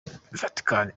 vaticani